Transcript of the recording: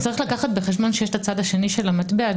צריך להביא בחשבון שיש את הצד השני של המטבע.